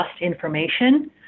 information